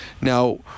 Now